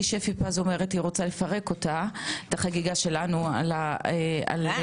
כי שפי פז רוצה לפרק את החגיגה שלנו על ההישג.